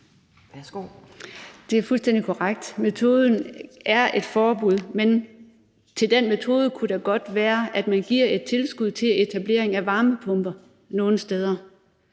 Det er fuldstændig korrekt. Metoden er et forbud, men som en del af den metode kunne det godt være, at man kunne give et tilskud til etablering af varmepumper nogle steder,